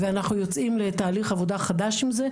ואנחנו יוצאים לתהליך עבודה חדש עם זה,